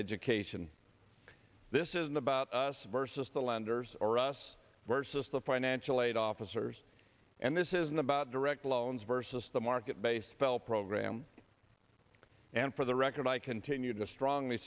education this isn't about us versus the lenders or us versus the financial aid officers and this isn't about direct loans versus the market based sell program and for the record i continue to strongly